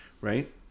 Right